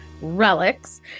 Relics